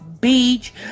beach